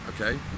Okay